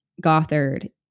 Gothard